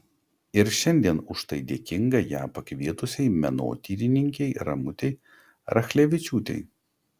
ir šiandien už tai dėkinga ją pakvietusiai menotyrininkei ramutei rachlevičiūtei